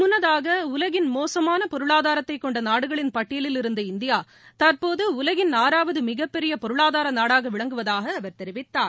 முன்னதாக உலகின் மோசமானபொருளாதாரத்தைக் கொண்டநாடுகளின் பட்டியலில் இருந்த இந்தியா தற்போத உலகின் ஆறாவதுமிகப்பெரியபொருளாதாரநாடாகவிளங்குவதாகஅவர் தெரிவித்தார்